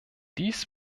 dies